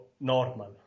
normal